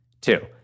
Two